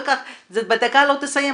בדקה לא תסיים,